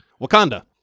Wakanda